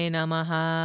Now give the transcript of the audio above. Namaha